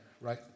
right